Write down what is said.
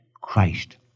Christ